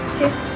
Cheers